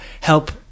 help